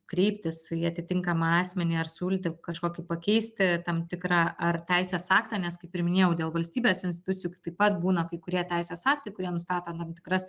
kreiptis į atitinkamą asmenį ar siūlyti kažkokį pakeisti tam tikrą ar teisės aktą nes kaip ir minėjau dėl valstybės institucijų k taip pat būna kai kurie teisės aktai kurie nustato tam tikras